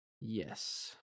Yes